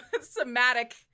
Somatic